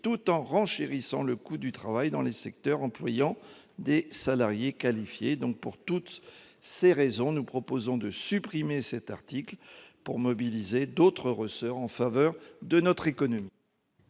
tout en renchérissant le coût du travail dans les secteurs employant des salariés qualifiés. Pour toutes ces raisons, nous proposons de supprimer cet article et de jouer sur d'autres leviers pour stimuler notre économie.